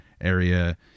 area